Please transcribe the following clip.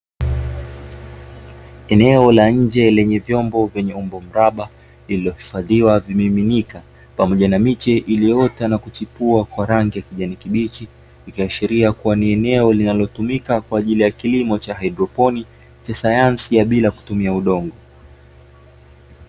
Eneo la nje lenye vyombo vyenye umbo mraba, vilivyohifadhiwa vimiminika, pamoja na miche iliyoota na kuchipua kwa rangi ya kijani kibichi, ikiashiria kuwa ni eneo linalotumika kwa ajili ya kilimo cha hydroponi, kwa sayansi ya bila kutumia udongo.